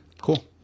cool